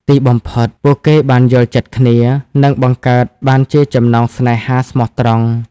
ទីបំផុត ពួកគេបានយល់ចិត្តគ្នា និងបង្កើតបានជាចំណងស្នេហាស្មោះត្រង់។